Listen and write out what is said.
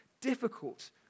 difficult